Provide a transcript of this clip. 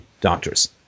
doctors